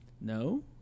no